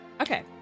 okay